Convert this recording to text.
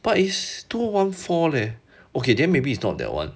but is two O one four leh okay then maybe it's not that one